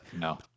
no